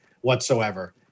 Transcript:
whatsoever